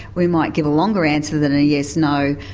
we might give a longer answer than a yes no,